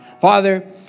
Father